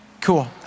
Cool